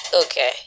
Okay